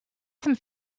some